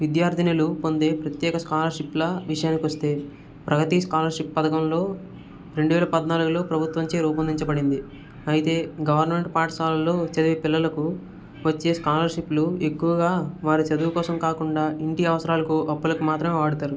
విద్యార్దినులు పొందే ప్రత్యేక స్కాలర్షిప్ల విషయానికి వస్తే ప్రగతి స్కాలర్షిప్ పథకంలో రెండువేల పద్నాలుగులో ప్రభుత్వంచే రూపొందించబడింది అయితే గవర్నమెంట్ పాఠశాలలో చదివే పిల్లలకు వచ్చే స్కాలర్షిప్లు ఎక్కువగా వారి చదువు కోసం కాకుండా ఇంటి అవసరాలకు అప్పులకు మాత్రమే వాడతారు